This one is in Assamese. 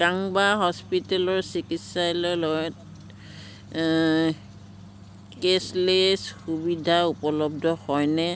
কাংবা হস্পিটেলৰ চিকিৎসালয়ত কেচ্লেছ সুবিধা উপলব্ধ হয়নে